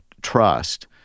trust